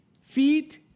feet